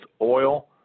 oil